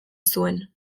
zuen